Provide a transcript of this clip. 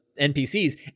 NPCs